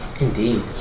Indeed